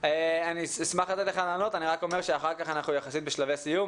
אני רק אומר שאחר כך אנחנו בשלבי סיום.